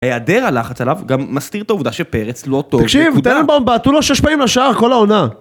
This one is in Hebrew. היעדר הלחץ עליו גם מסתיר את העובדה שפרץ לא אותו נקודה. תקשיב, תן לבן בעטו לו שש פעמים לשער, כל העונה.